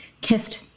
kissed